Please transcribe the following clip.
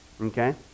okay